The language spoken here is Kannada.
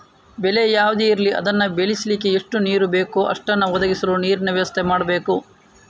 ಬೆಳೆ ಯಾವುದೇ ಇರ್ಲಿ ಅದನ್ನ ಬೆಳೀಲಿಕ್ಕೆ ಎಷ್ಟು ನೀರು ಬೇಕೋ ಅಷ್ಟನ್ನ ಒದಗಿಸಲು ನೀರಿನ ವ್ಯವಸ್ಥೆ ಮಾಡ್ಬೇಕು